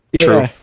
True